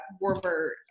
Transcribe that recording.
warmer